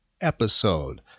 episode